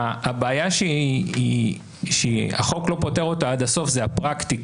הבעיה שהחוק לא פותר אותה עד הסוף זה הפרקטיקה.